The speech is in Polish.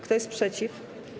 Kto jest przeciw?